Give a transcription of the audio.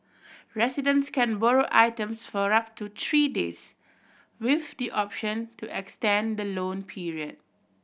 residents can borrow items for up to three days with the option to extend the loan period